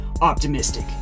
optimistic